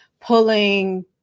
pulling